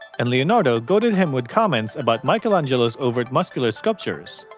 and leonardo goaded him with comments about michelangelo's overt muscular sculptures.